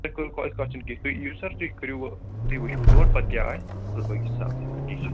تُہۍ کٔرِو کال تتھ چھُنہٕ کِہیٖنٛۍ تُہۍ یِیٖزِیو سر تُہۍ کٔرو وا تُہۍ وُچھِو تور پَتہٕ کیٛاہ آسہِ باقٕے چھُ سَہلٕے سر کیٚنٛہہ چھُنہٕ